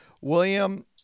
William